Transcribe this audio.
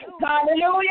Hallelujah